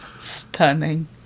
Stunning